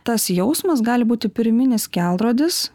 tas jausmas gali būti pirminis kelrodis